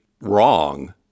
wrong